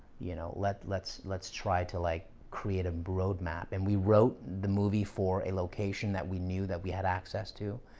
you know let's let's let's try to like create a roadmap. and we wrote the movie for a location that we knew that we had access to.